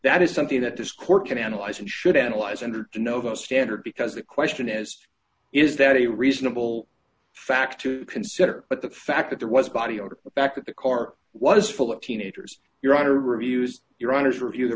that is something that this court can analyze and should analyze under to nova standard because the question is is that a reasonable fact to consider but the fact that there was a body odor the fact that the car was full of teenagers your daughter reviews your honour's review the